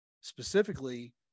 specifically